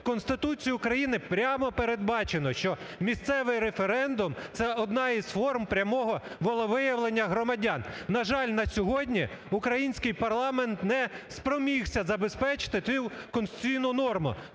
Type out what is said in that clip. Конституцією України прямо передбачено, що місцевий референдум – це одна із форм прямого волевиявлення громадян. На жаль, на сьогодні український парламент не спромігся забезпечити цю конституційну норму.